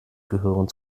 gehören